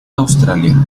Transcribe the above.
australia